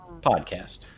Podcast